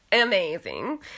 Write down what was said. amazing